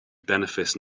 benefice